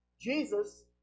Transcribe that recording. Jesus